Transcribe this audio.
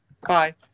Bye